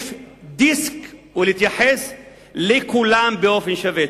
להחליף דיסק ולהתייחס לכולם באופן שווה.